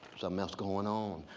um else going on.